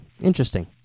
Interesting